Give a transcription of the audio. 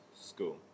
school